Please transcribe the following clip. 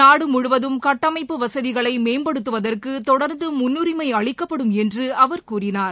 நாடு முழுவதும் கட்டமைப்பு வசதிகளை மேம்படுத்துவதற்கு தொடர்ந்து முன்னுரிமை அளிக்கப்படும் என்று அவர் கூறிணார்